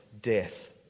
death